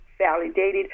validated